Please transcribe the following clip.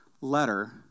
letter